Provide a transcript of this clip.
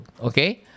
Okay